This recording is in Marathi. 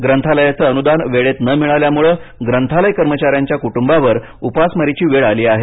ग्रंथालयाचे अनुदान वेळेत न मिळाल्यामुळे ग्रंथालय कर्मचाऱ्यांच्या कुटुंबावर उपासमारीची वेळ आली आहे